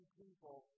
people